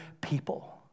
people